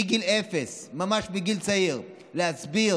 מגיל אפס, ממש מגיל צעיר להסביר.